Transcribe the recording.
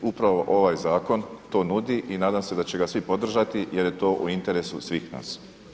Upravo ovaj zakon to nudi i nadam se da će ga svi podržati jer je to u interesu svih nas.